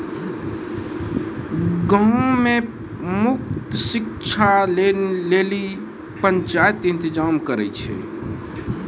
गांवो मे मुफ्त शिक्षा लेली पंचायत इंतजाम करै छै